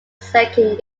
second